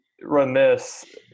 remiss